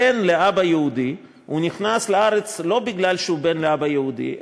בן לאבא יהודי נכנס לארץ לא כי הוא בן לאבא יהודי,